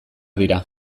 dira